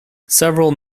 several